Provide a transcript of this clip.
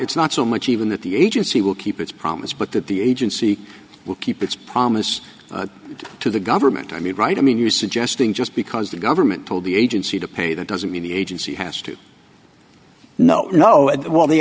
it's not so much even that the agency will keep its promise but that the agency will keep its promise to the government i mean right i mean you're suggesting just because the government told the agency to pay that doesn't mean the agency has to no you know it well the